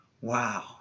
Wow